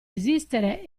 esistere